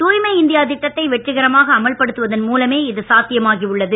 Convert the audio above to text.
தூய்மை இந்தியா திட்டத்தை வெற்றிகரமாக அமல்படுத்துவதன் மூலமே இது சாத்தியமாகி உள்ளது